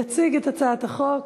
יציג את הצעת החוק,